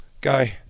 Guy